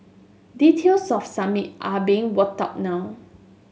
details of Summit are being worked out now